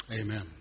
Amen